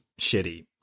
shitty